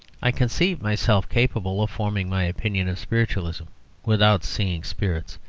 i conceive myself capable of forming my opinion of spiritualism without seeing spirits,